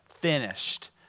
finished